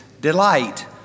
delight